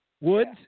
Woods